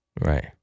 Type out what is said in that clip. right